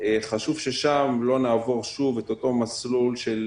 חשוב ששם לא נעבור שוב את אותו מסלול של